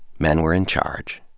men were in charge.